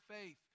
faith